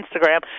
Instagram